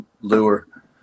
lure